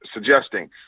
suggesting